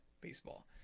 baseball